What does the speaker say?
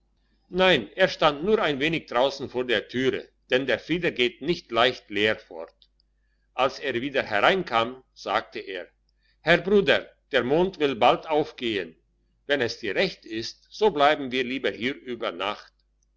nein er stand nur ein wenig draussen vor der türe denn der frieder geht nicht leicht leer fort als er wieder hereinkam sagte er herr bruder der mond will bald aufgehen wenn es dir recht ist so bleiben wir lieber hier über nacht